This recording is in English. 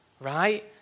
right